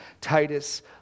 Titus